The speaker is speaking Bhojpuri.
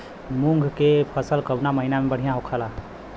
मुँग के फसल कउना महिना में बढ़ियां होला?